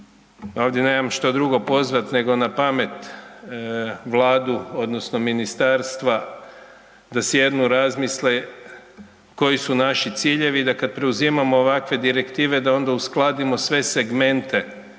Ovdje nemam što drugo pozvat nego na pamet vladu odnosno ministarstva da sjednu, razmisle koji su naši ciljevi i da kad preuzimamo ovakve direktive da onda uskladimo sve segmente